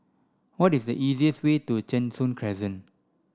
what is the easiest way to Cheng Soon Crescent